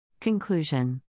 Conclusion